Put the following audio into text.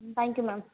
ம் thank you ma'am